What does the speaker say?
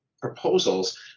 proposals